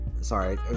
Sorry